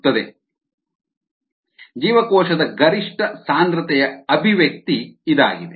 5 ಜೀವಕೋಶದ ಗರಿಷ್ಠ ಸಾಂದ್ರತೆಯ ಅಭಿವ್ಯಕ್ತಿ ಇದಾಗಿದೆ